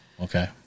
okay